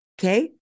okay